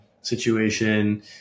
situation